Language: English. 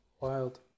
Wild